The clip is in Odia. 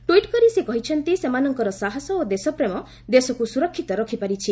ଟ୍ୱିଟ୍ କରି ସେ କହିଛନ୍ତି ସେମାନଙ୍କର ସାହସ ଓ ଦେଶପ୍ରେମ ଦେଶକୁ ସୁରକ୍ଷିତ ରଖିପାରିଛି